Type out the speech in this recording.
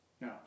no